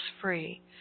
free